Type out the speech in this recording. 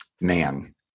man